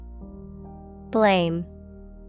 Blame